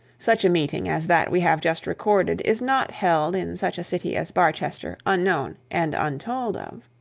such a meeting as that we have just recorded is not held in such a city as barchester unknown and untold of.